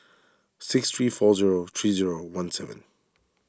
six three four zero three zero one seven